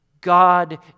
God